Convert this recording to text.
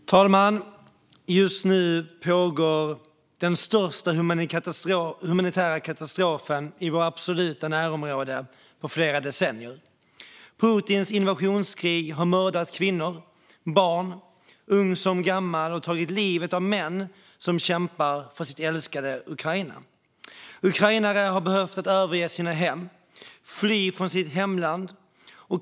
Fru talman! Just nu pågår den största humanitära katastrofen i vårt absoluta närområde på flera decennier. Putins invasionskrig har mördat kvinnor och barn, ung som gammal, och tagit livet av män som kämpat för sitt älskade Ukraina. Ukrainare har behövt överge sina hem och fly från sitt hemland.